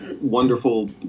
wonderful